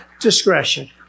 discretion